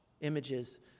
images